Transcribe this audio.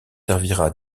servira